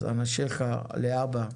אז אנשיך להבא,